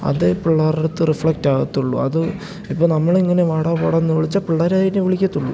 അതേ പിള്ളാരുടെയടുത്ത് റിഫ്ലക്ട് ആകുകയുള്ളൂ അത് ഇപ്പോള് നമ്മളിങ്ങനെ വാടാ പോടായെന്ന് വിളിച്ചാല് പിള്ളാര് അതുതന്നെയെ വിളിക്കുകയുള്ളൂ